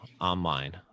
online